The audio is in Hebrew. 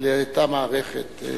לאותה מערכת.